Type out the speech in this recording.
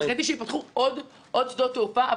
ומבחינתי שייפתחו עוד שדות תעופה,